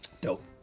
Dope